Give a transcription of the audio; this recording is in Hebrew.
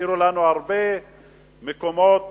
וישאירו לנו הרבה מקומות